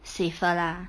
safer lah